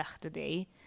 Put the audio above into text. today